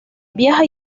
viaja